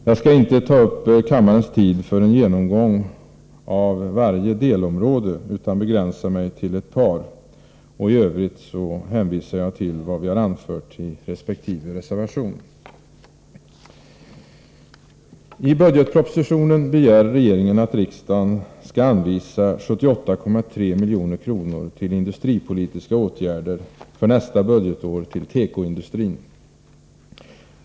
Jag skall inte ta upp kammarens tid för en genomgång av varje delområde, utan begränsar mig till ett par av dem. I övrigt hänvisar jag till vad vi har anfört i resp. reservation. I budgetpropositionen begär regeringen att riksdagen skall anvisa 78,3 milj.kr. till industripolitiska åtgärder för tekoindustrin under nästa budgetår.